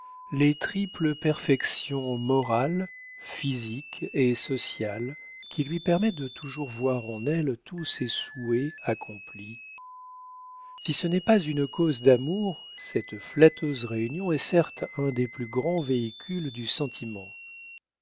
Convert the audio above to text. les triples perfections morales physiques et sociales qui lui permettent de toujours voir en elle tous ses souhaits accomplis si ce n'est pas une cause d'amour cette flatteuse réunion est certes un des plus grands véhicules du sentiment